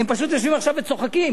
הם פשוט יושבים עכשיו וצוחקים,